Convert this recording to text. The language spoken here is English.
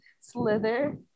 Slither